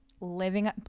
living